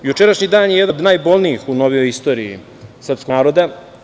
Jučerašnji dan je jedan od najbolnijih u novijoj istoriji srpskog naroda.